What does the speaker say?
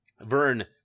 Vern